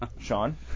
Sean